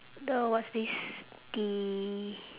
the what's this the